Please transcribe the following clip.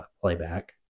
playback